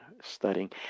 studying